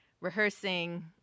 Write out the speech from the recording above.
rehearsing